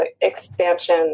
expansion